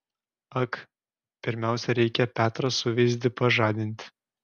ak pirmiausia reikia petrą suveizdį pažadinti